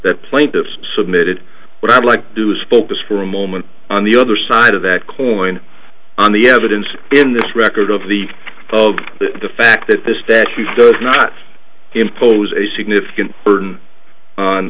that plaintiffs submitted what i'd like to do is focus for a moment on the other side of that coin on the evidence in this record of the folks that the fact that this that he does not impose a significant burden on